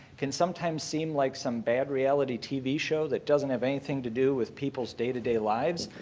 can sometimes seem like some bad reality tv show that doesn't have anything to do with people's day-to-day lives.